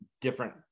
different